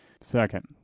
Second